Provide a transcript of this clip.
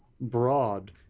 broad